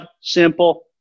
simple